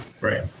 right